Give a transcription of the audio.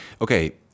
Okay